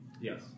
Yes